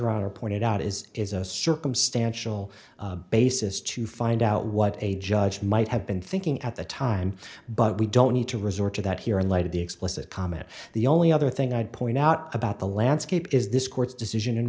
honor pointed out is is a circumstantial basis to find out what a judge might have been thinking at the time but we don't need to resort to that here in light of the explicit comment the only other thing i'd point out about the landscape is this court's decision